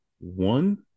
one